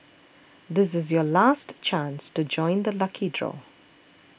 this is your last chance to join the lucky draw